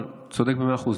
צודק במאה אחוז,